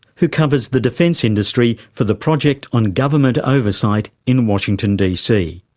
who covers the defense industry for the project on government oversight in washington dc.